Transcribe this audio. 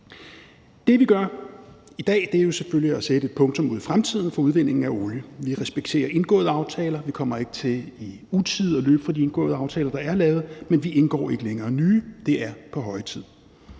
selvfølgelig at sætte et punktum ud i fremtiden for udvindingen af olie. Vi respekterer indgåede aftaler. Vi kommer ikke til i utide at løbe fra de indgåede aftaler, der er lavet, men vi indgår ikke længere nye. Det er på høje tid.